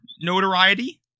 notoriety